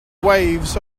waves